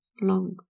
Long